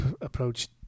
approach